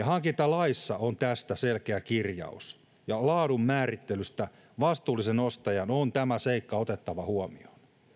hankintalaissa on tästä selkeä kirjaus ja laadun määrittelystä vastuullisen ostajan on tämä seikka otettava huomioon